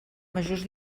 majors